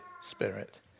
Spirit